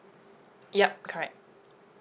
yup correct